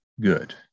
good